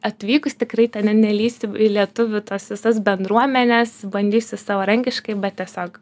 atvykus tikrai ten nelįsiu į lietuvių tas visas bendruomenes bandysiu savarankiškai bet tiesiog